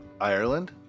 Ireland